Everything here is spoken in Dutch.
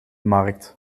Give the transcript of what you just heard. markt